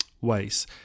ways